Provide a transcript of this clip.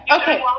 okay